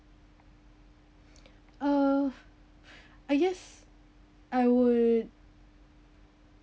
uh I guess I would